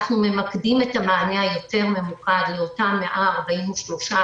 אנחנו ממקדים את המענה היותר ממוקד באותם 143,000